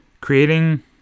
creating